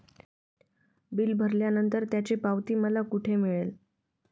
Bill भरल्यानंतर त्याची पावती मला कुठे मिळेल?